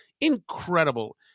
Incredible